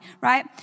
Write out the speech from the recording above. right